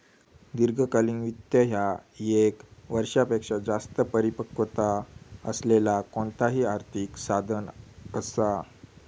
दीर्घकालीन वित्त ह्या ये क वर्षापेक्षो जास्त परिपक्वता असलेला कोणताही आर्थिक साधन असा